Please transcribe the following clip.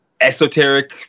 esoteric